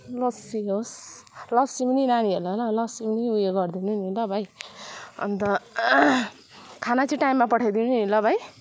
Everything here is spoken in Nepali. लस्सी होस् लस्सी पनि नानीहरूलाई होइन लस्सी पनि उयो गरिदिनु नि ल भाइ अन्त खाना चाहिँ टाइममा पठाइदिनु नि ल भाइ